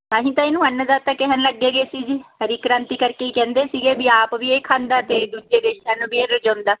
ਅਸੀਂ ਤਾਂ ਇਹਨੂੰ ਅੰਨਦਾਤਾ ਕਹਿਣ ਲੱਗੇ ਗਏ ਸੀ ਜੀ ਹਰੀ ਕ੍ਰਾਂਤੀ ਕਰਕੇ ਕਹਿੰਦੇ ਸੀਗੇ ਵੀ ਆਪ ਵੀ ਇਹ ਖਾਂਦਾ ਅਤੇ ਦੂਜੇ ਦੇਸ਼ਾਂ ਨੂੰ ਵੀ ਇਹ ਰਜਾਉਂਦਾ